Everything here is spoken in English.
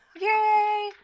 Yay